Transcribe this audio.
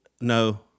no